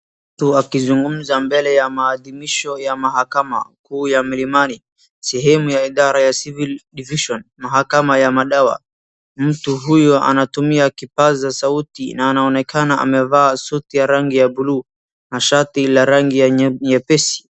Mtu akizugumza mbele ya maadhimisho ya mahakama kuu ya Milimani, sehemu ya idara ya civil division mahakama ya madawa. Mtu huyo anatumia kipasa sauti na anaonekana amevaa suti ya rangi ya buluu na shati la rangi ya nyepesi.